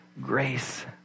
grace